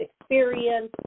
experience